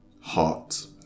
heart